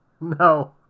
No